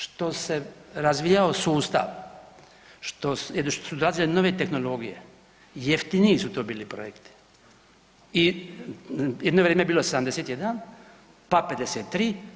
Što se razvijao sustav, što su dolazile nove tehnologije jeftiniji su to bili projekti i jedno vrijeme je bilo 71, pa 53.